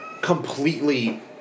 completely